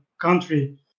country